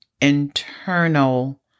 internal